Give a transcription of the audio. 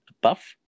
buff